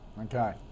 Okay